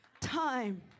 time